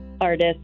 artist